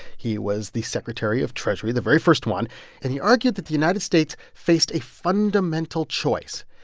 he was the secretary of treasury the very first one and he argued that the united states faced a fundamental choice.